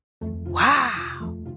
Wow